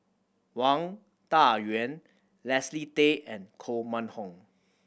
Wang Dayuan Leslie Tay and Koh Mun Hong